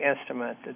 instrument